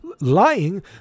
lying